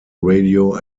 radio